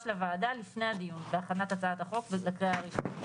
לוועדה לפני הדיון בהכנת הצעת החוק לקריאה הראשונה,